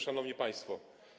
Szanowni Państwo!